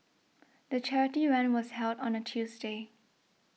the charity run was held on a Tuesday